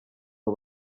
abo